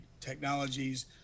technologies